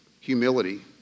humility